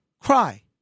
cry